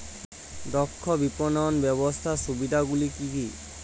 দক্ষ বিপণন ব্যবস্থার সুবিধাগুলি কি কি?